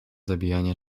zabijanie